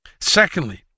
Secondly